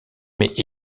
mais